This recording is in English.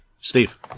Steve